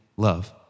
love